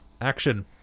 action